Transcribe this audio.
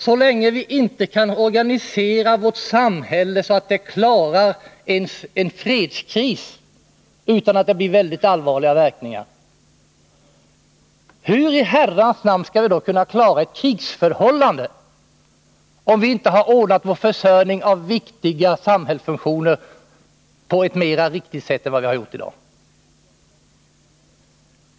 Så länge vi inte kan organisera vårt samhälle så att det klarar ens en fredskris utan allvarliga verkningar, hur i Herrans namn skall vi då kunna klara ett krigsförhållande, om vi inte ordnar vår försörjning av viktiga samhällsfunktioner på ett bättre sätt än vad vi har gjort i dag?